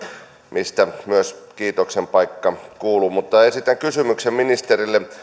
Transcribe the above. mistä myös kiitoksen paikka kuuluu mutta esitän kysymyksen ministerille